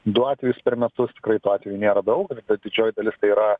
du atvejus per metus tikrai tų atvejų nėra daug ir ta didžioji dalis tai yra